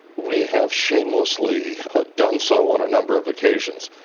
we have shamelessly done so on a number of occasions.